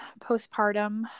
postpartum